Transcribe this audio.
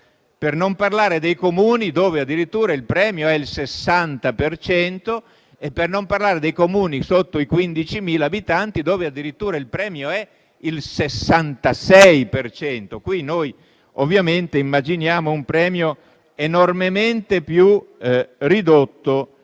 per non parlare dei Comuni, dove addirittura il premio è pari al 60 per cento; e per non parlare dei Comuni sotto i 15.000 abitanti, dove addirittura il premio è pari al 66 per cento. Qui noi, ovviamente, immaginiamo un premio enormemente più ridotto